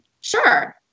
sure